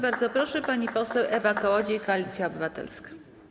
Bardzo proszę, pani poseł Ewa Kołodziej, Koalicja Obywatelska.